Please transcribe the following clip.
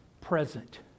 present